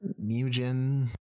mugen